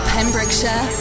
Pembrokeshire